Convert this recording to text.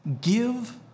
Give